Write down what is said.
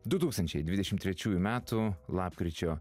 du tūkstančiai dvidešimt trečiųjų metų lapkričio